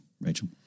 Rachel